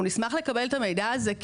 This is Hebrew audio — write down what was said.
אנחנו נשמח לקבל את המידע הזה,